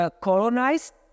Colonized